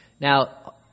Now